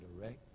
direct